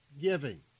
giving